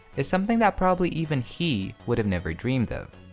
is something that probably even he would have never dreamed of.